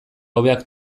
hobeak